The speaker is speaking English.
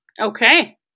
Okay